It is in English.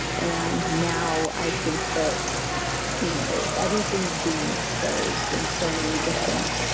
and now i think that you know everything is being exposed in so many different